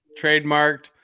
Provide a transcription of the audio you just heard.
Trademarked